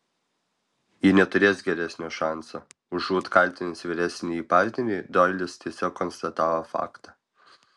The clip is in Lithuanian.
ji neturės geresnio šanso užuot kaltinęs vyresnįjį partnerį doilis tiesiog konstatavo faktą